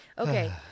Okay